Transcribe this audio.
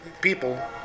people